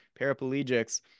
paraplegics